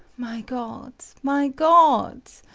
my god! my god!